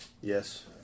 Yes